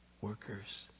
workers